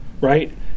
right